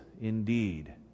indeed